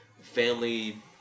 family